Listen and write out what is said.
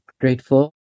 grateful